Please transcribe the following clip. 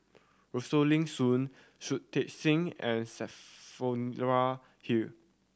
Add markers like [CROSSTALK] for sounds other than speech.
Rosaline Soon Shui Tit Sing and [UNINTELLIGIBLE] Hull